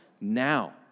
now